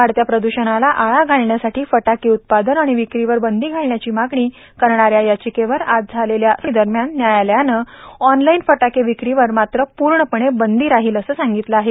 वाढत्या प्रद्षणाला आळा घालण्यासाठी फटाके उत्पादन आणि विक्रीवर बंदी घालण्याची मागणी करणाऱ्या याचिकेवर आज झालेल्या सूनावणी दरम्यान न्यायालयानं ऑनलाईन फटाके विक्रीवर मात्र पूर्णपणे बंदी राहील असं सांगितलं आहे